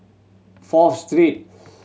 Fourth Street